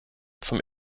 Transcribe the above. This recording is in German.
zum